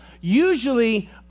usually